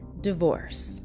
divorce